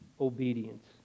obedience